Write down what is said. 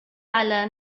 على